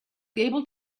able